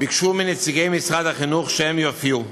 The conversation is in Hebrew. ביקשו מנציגי משרד החינוך שיופיעו,